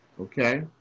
okay